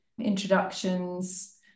introductions